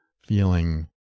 feeling